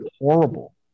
horrible